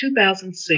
2006